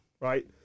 right